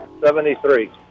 Seventy-three